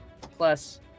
plus